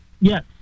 Yes